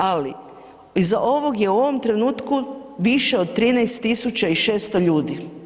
Ali iza ovog je u ovom trenutku više od 13600 ljudi.